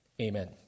amen